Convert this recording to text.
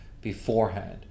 beforehand